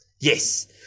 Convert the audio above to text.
Yes